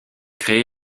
créé